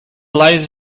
lies